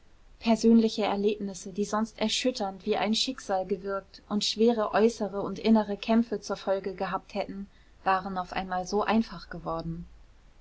persönliche erlebnisse die sonst erschütternd wie ein schicksal gewirkt und schwere äußere und innere kämpfe zur folge gehabt hätten waren auf einmal so einfach geworden